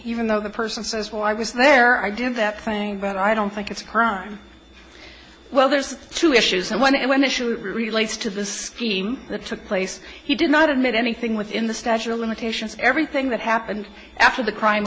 though the person says well i was there i did that thing but i don't think it's current well there's two issues and when i went to shoot it relates to the scheme that took place he did not admit anything within the statute of limitations everything that happened after the crime